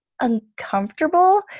uncomfortable